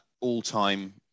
all-time